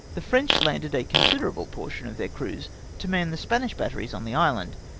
the french landed a considerable portion of theh crews to man the spanish batteries on the island,